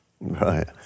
Right